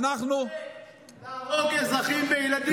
אתה רוצה להרוג אזרחים וילדים?